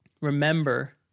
remember